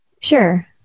sure